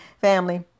family